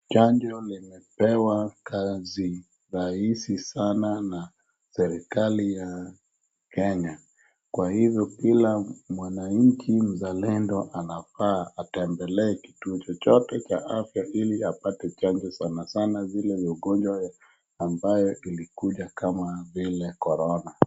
Chanjo imepewa kazi rahisi sana na serikali ya Kenya, kwa hivyo kila mwananchi mzalendo anafaa atembelee kituo chochote cha afya ili apate chanjo sanasana zile magonjwa ambayo zilikuja kama vile korona.